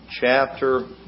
Chapter